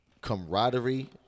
camaraderie